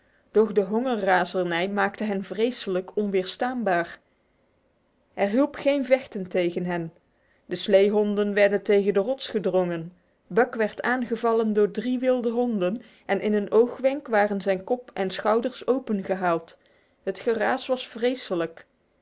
doch de hongerrazernij maakte hen vreselijk onweerstaanbaar er hielp geen vechten tegen hen de sleehonden werden tegen de rots gedrongen buck werd aangevallen door drie wilde honden en in een oogwenk waren zijn kop en schouders opengehaald het geraas was vreselijk